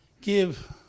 give